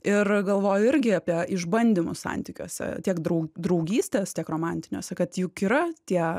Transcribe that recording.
ir galvoju irgi apie išbandymus santykiuose tiek drau draugystės tiek romantiniuose kad juk yra tie